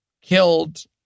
killed